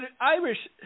Irish